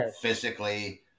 physically